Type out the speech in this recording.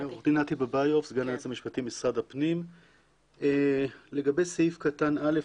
לגבי סעיף קטן (א),